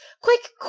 quick,